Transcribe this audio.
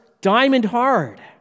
diamond-hard